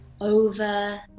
over